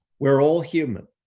we're all human.